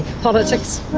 politics.